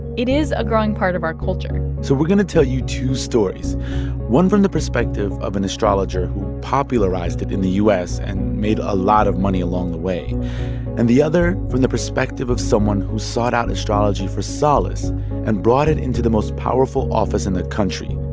it is a growing part of our culture so we're going to tell you two stories one from the perspective of an astrologer who popularized it in the u s. and made a lot of money along the way and the other from the perspective of someone who sought out astrology for solace and brought it into the most powerful office in the country.